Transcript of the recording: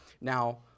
now